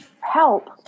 help